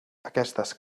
aquestes